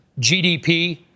GDP